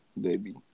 baby